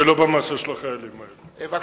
ולא במעשה של החיילים האלה.